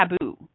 taboo